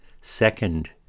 second